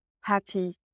happy